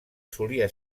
solia